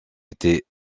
été